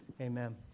amen